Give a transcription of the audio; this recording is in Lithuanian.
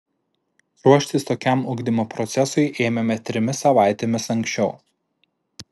ruoštis tokiam ugdymo procesui ėmėme trimis savaitėmis anksčiau